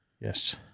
Yes